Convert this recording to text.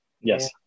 Yes